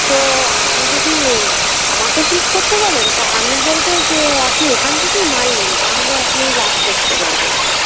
তো আপনি যদি আমাকে হেল্প করতে বলেন তা আমি বলবো যে আপনি ওখান থেকেই মাল নিন তাহলে আপনি লাভ করতে পারবেন